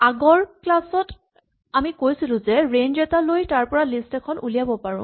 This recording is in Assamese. আগৰ ক্লাচ ত আমি কৈছিলো যে আমি ৰেঞ্জ এটা লৈ তাৰপৰা লিষ্ট এখন উলিয়াব পাৰোঁ